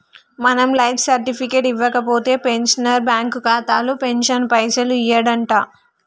మనం life certificate ఇవ్వకపోతే pensioner bank ఖాతాలో పెన్షన్ పైసలు యెయ్యడంట